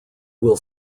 will